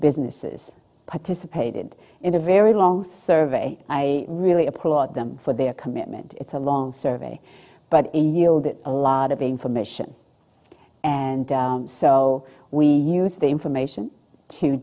businesses participated in a very long survey i really applaud them for their commitment it's a long survey but a yield that a lot of information and so we use the information to